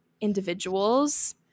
individuals